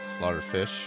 Slaughterfish